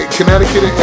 Connecticut